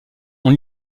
ont